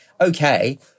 Okay